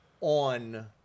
on